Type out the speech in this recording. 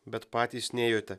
bet patys nėjote